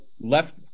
left